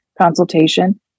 consultation